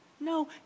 No